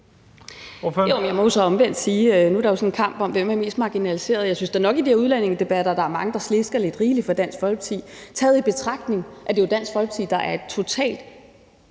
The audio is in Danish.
Jeg må jo så omvendt sige, at nu er der sådan en kamp om, hvem der er mest marginaliseret, og jeg synes da nok, at der i de her udlændingedebatter er mange, der slesker lidt rigeligt for Dansk Folkeparti, taget i betragtning at det jo er Dansk Folkeparti, der er et totalt